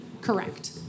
correct